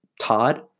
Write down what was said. Todd